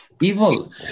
Evil